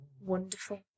Wonderful